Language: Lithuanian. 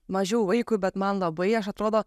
mažiau vaikui bet man labai aš atrodo